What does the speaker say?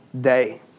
day